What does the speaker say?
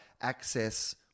access